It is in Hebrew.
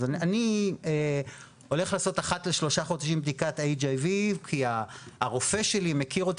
אז אני הולך לעשות אחת לשלושה חודשים בדיקת HIV כי הרופא שלי מכיר אותי